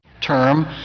Term